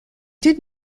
did